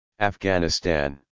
Afghanistan